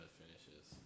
finishes